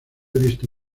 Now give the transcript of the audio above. visto